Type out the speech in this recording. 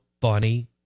funny